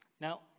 Now